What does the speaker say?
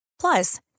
Plus